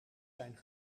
zijn